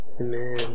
Amen